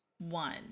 one